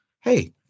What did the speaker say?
hey